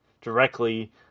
directly